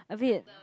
a bit